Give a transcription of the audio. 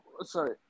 Sorry